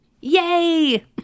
Yay